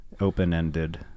Open-ended